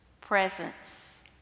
Presence